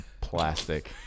plastic